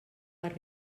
per